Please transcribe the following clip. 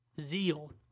Zeal